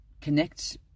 connect